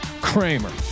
Kramer